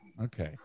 okay